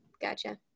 Gotcha